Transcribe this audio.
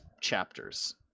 chapters